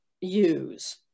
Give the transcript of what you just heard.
use